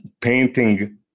painting